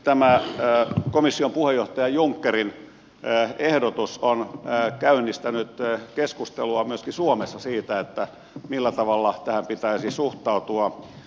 tämä komission puheenjohtaja junckerin ehdotus on käynnistänyt keskustelua myöskin suomessa siitä millä tavalla tähän pitäisi suhtautua